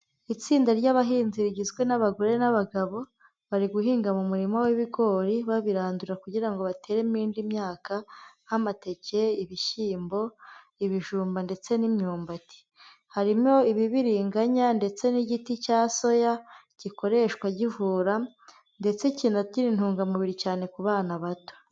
Itsinda ry'abahinzi rigizwe n'abagore n'abagabo, bari guhinga mu murima w'ibigori babirandura kugira ngo bateremo indi myaka nk'amateke, ibishyimbo, ibijumba ndetse n'imyumbati, harimo ibibiriganya ndetse n'igiti cya soya gikoreshwa kivura ndetse kinagira intungamubiri cyane ku bana bato.